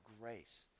grace